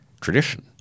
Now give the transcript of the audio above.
tradition